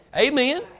Amen